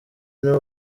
nibo